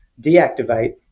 deactivate